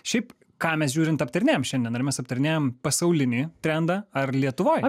šiaip ką mes žiūrint aptarinėjam šiandien ar mes aptarinėjam pasaulinį trendą ar lietuvoj